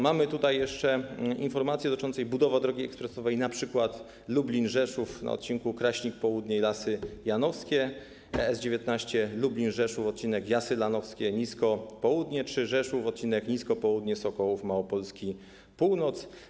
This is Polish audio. Mamy tutaj jeszcze informację dotyczącą budowy drogi ekspresowej np. Lublin - Rzeszów na odcinku Kraśnik Południe i Lasy Janowskie, S19 Lublin - Rzeszów, odcinek Lasy Janowskie - Nisko Południe, czy Rzeszów, odcinek Nisko Południe - Sokołów Małopolski Północ.